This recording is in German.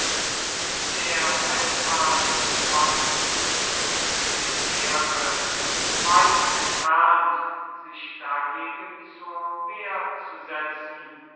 der feldherr des ostens und der meere weit entfernt sich dagegen zur wehr zu setzen